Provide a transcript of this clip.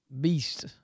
beast